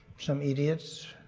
some idiots.